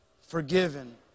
forgiven